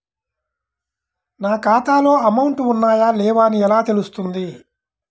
నా ఖాతాలో అమౌంట్ ఉన్నాయా లేవా అని ఎలా తెలుస్తుంది?